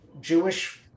Jewish